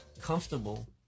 comfortable